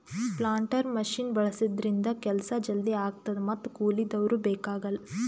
planter machine ಬಳಸಿದ್ರಿಂದ ಕೆಲ್ಸ ಜಲ್ದಿ ಆಗ್ತದ ಮತ್ತ್ ಕೂಲಿದವ್ರು ಬೇಕಾಗಲ್